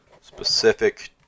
specific